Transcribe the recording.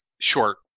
short